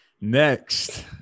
Next